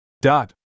Dot